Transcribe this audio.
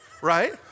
right